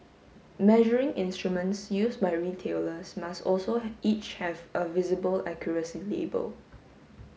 measuring instruments used by retailers must also each have a visible accuracy label